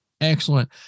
Excellent